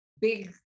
big